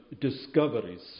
discoveries